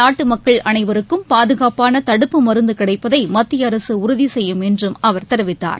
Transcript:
நாட்டுமக்கள் அனைவருக்கும் பாதுகாப்பானதடுப்பு மருந்துகிடைப்பதைமத்தியஅரசுஉறுதிசெய்யும் என்றும் அவர் தெரிவித்தார்